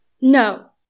No